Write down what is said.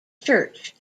church